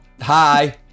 Hi